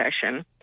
session